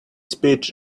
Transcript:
speech